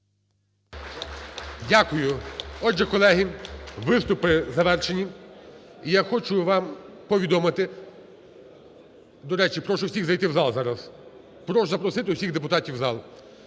Дякую. Отже, колеги, виступи завершені. І я хочу вам повідомити… До речі, прошу всіх зайти у зал зараз. Прошу запросити усіх депутатів у зал.